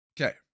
Okay